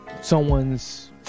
someone's